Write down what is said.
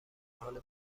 حال